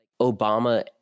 obama